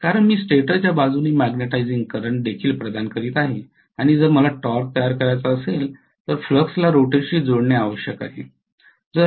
कारण मी स्टेटरच्या बाजूने मॅग्नेटिझिंग करंट देखील प्रदान करीत आहे आणि जर मला टॉर्क तयार करायचे असेल तर फ्लक्सला रोटरशी जोडले जाणे आवश्यक आहे